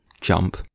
jump